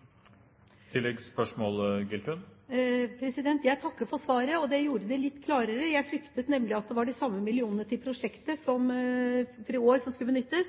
Jeg takker for svaret. Dette gjorde det litt klarere. Jeg fryktet nemlig at det var de samme millionene til prosjektet for i år som skulle benyttes.